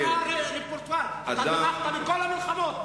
מכל המלחמות.